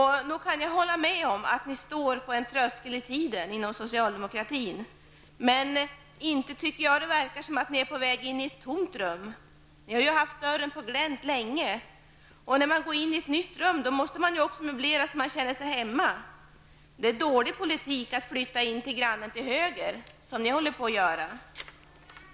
Nog kan jag hålla med om att ni inom socialdemokratin står på en tröskel i tiden. Men inte tycker jag att det verkar som om ni är på väg in i ett tomt rum; ni har ju haft dörren på glänt länge. När man går in i ett nytt rum måste man ju också möblera så att man känner sig hemma. Det är dålig politik att flytta in till grannen till höger, som ni håller på att göra.